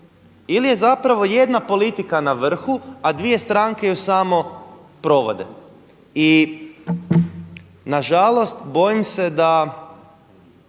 ili je zapravo jedna politika na vrhu, a dvije stranke je samo provode. I na žalost bojim se da